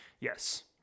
yes